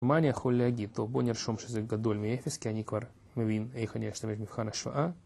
מה אני יכול להגיד? טוב בוא נרשום שזה גדול מאפס כי אני כבר מבין איך אני אשתמש מבחן השוואה..